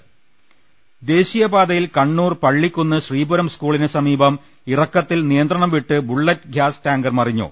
രുടെ പ്പെട്ടിരി ദേശിയ പാതയിൽ കണ്ണൂർ പള്ളിക്കുന്ന് ശ്രീപുരം സ്കൂളിന് സമീപം ഇറക്കത്തിൽ നിയന്ത്രണം വിട്ട് ബുള്ളറ്റ് ഗ്യാസ് ടാങ്കർ മറിഞ്ഞു